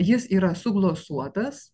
jis yra suglosuotas